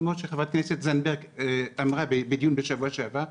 כמו שחברת הכנסת זנדברג אמרה בדיון בשבוע שעבר,